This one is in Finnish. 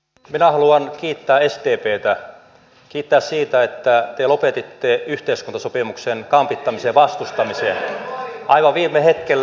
minä haluan kiittää sdptä kiittää siitä että te lopetitte yhteiskuntasopimuksen kampittamisen ja vastustamisen aivan viime hetkellä